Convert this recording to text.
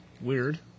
Weird